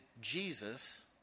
Jesus